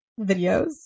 videos